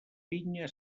vinya